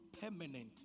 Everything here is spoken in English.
permanent